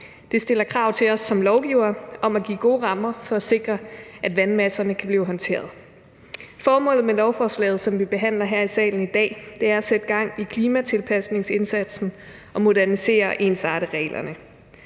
Det stiller krav til os som lovgivere om at give gode rammer for at sikre, at vandmasserne kan blive håndteret. Formålet med lovforslaget, som vi behandler her i salen i dag, er at sætte gang i klimatilpasningsindsatsen og modernisere og ensarte reglerne.